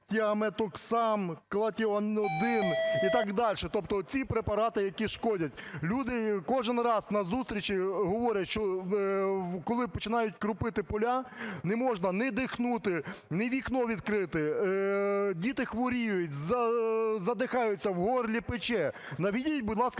тіаметоксам, клотіанідин і так дальше. Тобто ці препарати, які шкодять. Люди кожен раз на зустрічі говорять, що, коли починають кропити поля, не можна ні дихнути, ні вікно відкрити, діти хворіють, задихаються, в горлі пече. Наведіть, будь ласка,